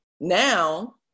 Now